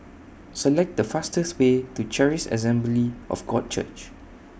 Select The fastest Way to Charis Assembly of God Church